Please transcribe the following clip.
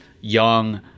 young